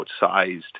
outsized